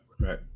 right